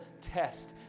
test